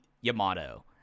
Yamato